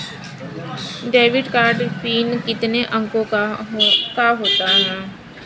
Debit card pin कितने अंकों का होता है?